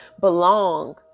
belong